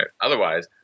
otherwise